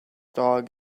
dog